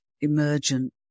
emergent